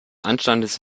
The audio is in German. anstandes